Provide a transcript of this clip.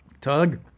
Tug